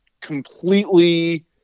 completely